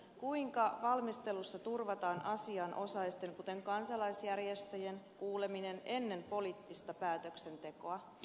kuinka valmistelussa turvataan asianosaisten kuten kansalaisjärjestöjen kuuleminen ennen poliittista päätöksentekoa